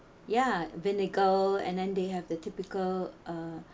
ya vinegar and then they have the typical uh